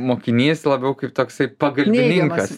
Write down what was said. mokinys labiau kaip toksai pagalbininkas